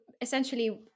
essentially